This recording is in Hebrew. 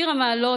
"שיר המעלות.